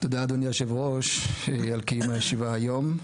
תודה אדוני יושב הראש על קיום הישיבה היום.